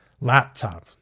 laptop